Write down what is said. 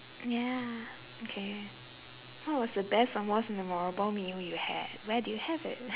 ya okay what was the best or most memorable meal you had where did you have it